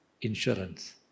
insurance